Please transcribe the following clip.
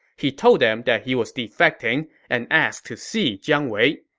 he told them that he was defecting and asked to see jiang wei.